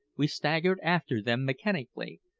we staggered after them mechanically,